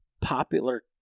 popular